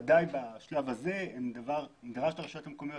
ודאי בשלב הזה הן דבר נדרש עבור הרשויות המקומיות.